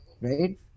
Right